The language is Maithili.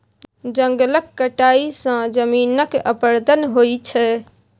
जंगलक कटाई सँ जमीनक अपरदन होइ छै